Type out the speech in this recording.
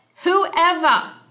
Whoever